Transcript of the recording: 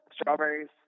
Strawberries